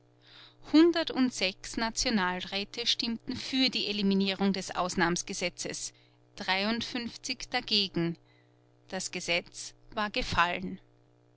hundertundsechs nationalräte stimmten für die eliminierung des ausnahmsgesetzes dreiundfünfzig dagegen das gesetz war gefallen